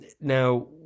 Now